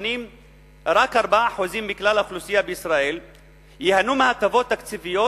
המונים רק 4% מכלל האוכלוסייה בישראל ייהנו מהטבות תקציביות,